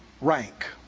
rank